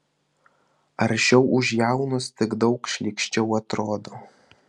aršiau už jaunus tik daug šlykščiau atrodo